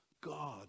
God